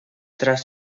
tras